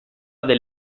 del